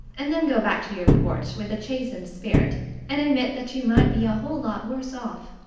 and then go back to your porch with a chastened spirit and admit that you might be a whole lot worse off.